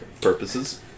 purposes